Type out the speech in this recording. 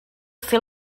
fer